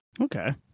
Okay